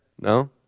No